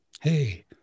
Hey